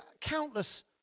countless